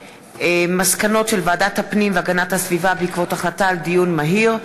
מסקנות ועדת הפנים והגנת הסביבה בעקבות דיון מהיר: